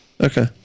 okay